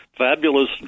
Fabulous